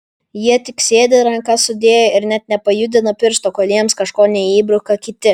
jie tik sėdi rankas sudėję ir net nepajudina piršto kol jiems kažko neįbruka kiti